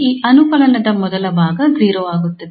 ಈ ಅನುಕಲನದ ಮೊದಲ ಭಾಗ 0 ಆಗುತ್ತದೆ